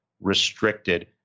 restricted